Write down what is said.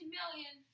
million